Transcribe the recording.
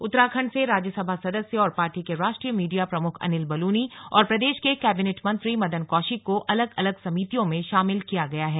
उत्तराखंड से राज्यसभा सदस्य और पार्टी के राष्ट्रीय मीडिया प्रमुख अनिल बलूनी और प्रदेश के कैबिनेट मंत्री मदन कौशिक को अलग अलग समितियों में शामिल किया गया है